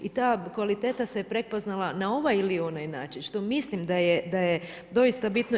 Ta kvaliteta se je prepoznala na ovaj ili onaj način, što mislim da je doista bitno.